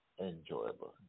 enjoyable